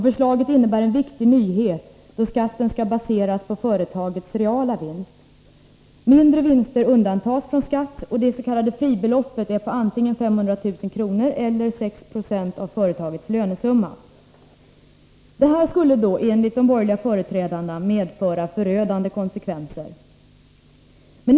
Förslaget innebär en viktig nyhet, då skatten skall baseras på företagets reala vinst. Mindre vinster undantas från skatt, och det s.k. fribeloppet är på antingen 500 000 kr. eller 6 90 av företagets lönesumma. Detta skulle, enligt de borgerliga företrädarna, medföra förödande konsekvenser.